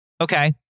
Okay